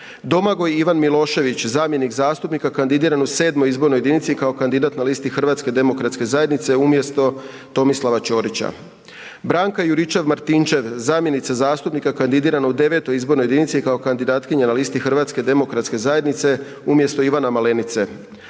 Domagoj Ivan Milošević, zamjenik zastupnika kandidiran u 7. izbornoj jedinici kao kandidat na listi Hrvatske demokratske zajednice, umjesto Tomislava Ćorića; Branka Juričev-Martinčev, zamjenica zastupnika kandidirana u 9. izbornoj jedinici kao kandidatkinja na listi Hrvatske demokratske zajednice, umjesto Ivana Malenice,